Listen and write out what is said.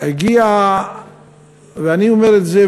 אני אומר את זה,